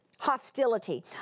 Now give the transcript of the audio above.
hostility